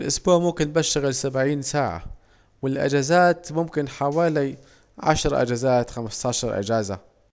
في الأسبوع يمكن بشتغل سبعين ساعة، والاجازات يمكن عشر اجازات خمستاشر اجازة